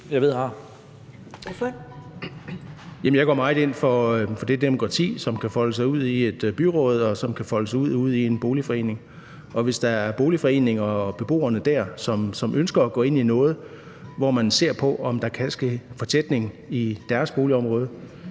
Egge Rasmussen (EL): Jamen jeg går meget ind for demokrati, som kan folde sig ud i et byråd, og som kan foldes ud i en boligforening. Hvis der er boligforeninger, hvor beboerne ønsker at gå ind i noget for at se på, om der kan ske fortætning i deres boligområde,